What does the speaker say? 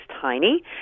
tiny